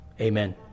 amen